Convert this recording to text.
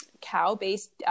cow-based